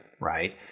right